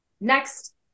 Next